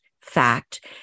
fact